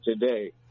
today